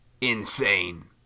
insane